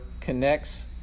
Connects